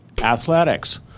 athletics